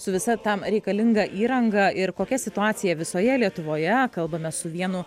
su visa tam reikalinga įranga ir kokia situacija visoje lietuvoje kalbamės su vienu